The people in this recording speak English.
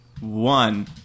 One